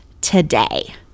today